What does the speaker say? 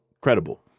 credible